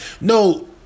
no